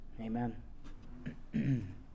Amen